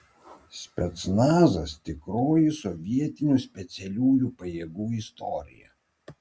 specnazas tikroji sovietinių specialiųjų pajėgų istorija